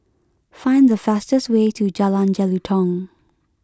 find the fastest way to Jalan Jelutong